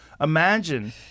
Imagine